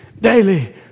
daily